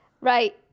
Right